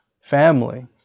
Family